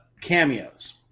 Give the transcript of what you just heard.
cameos